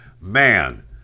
Man